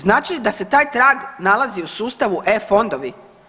Znači li da se taj trag nalazi u sustavu e-fondovi?